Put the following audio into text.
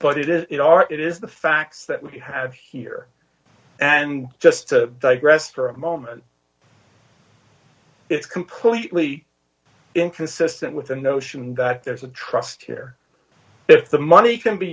but it is it is the facts that we have here and just to digress for a moment is completely inconsistent with the notion that there's a trust here if the money can be